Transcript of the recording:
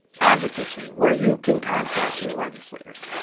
advocacy where you can contact your legislators.